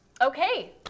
Okay